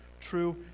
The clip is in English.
true